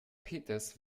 peters